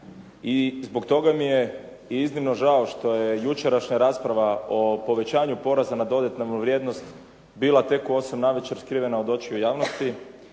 I zbog toga mi je i iznimno žao što je jučerašnja rasprava o povećanju poreza na dodanu vrijednost bila tek u 8 navečer skrivena od očiju javnosti